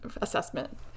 assessment